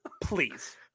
Please